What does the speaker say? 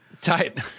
Tight